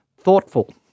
thoughtful